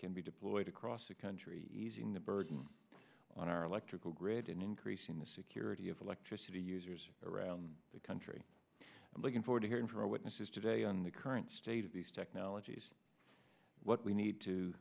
can be deployed across the country easing the burden on our electrical grid and increasing the security of electricity users around the country i'm looking forward to hearing from our witnesses today on the current state of these technologies what we need to